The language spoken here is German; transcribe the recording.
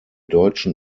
deutschen